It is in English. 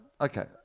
Okay